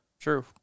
True